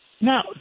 Now